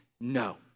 No